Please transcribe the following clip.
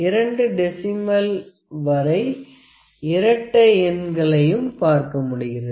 இரண்டு டெசிமல் வரை இரட்டை எண்களையும் பார்க்க முடிகிறது